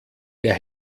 der